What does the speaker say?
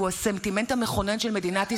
והוא הסנטימנט המכונן של מדינת ישראל.